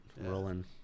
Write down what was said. rolling